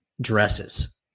dresses